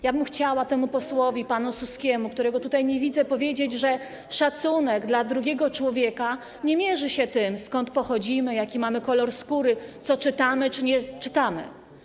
Ja bym chciała temu posłowi, panu Suskiemu, którego tutaj nie widzę, powiedzieć, że szacunek dla drugiego człowieka nie mierzy się tym, skąd pochodzimy, jaki mamy kolor skóry, co czytamy czy czego nie czytamy.